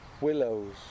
willows